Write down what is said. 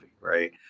right